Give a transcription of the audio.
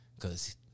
Cause